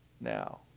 now